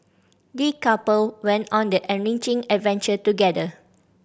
the couple went on an enriching adventure together